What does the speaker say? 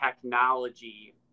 technology